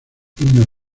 himno